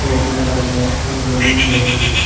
پیٹ میں درد ہے کمزوری بھی ہے جی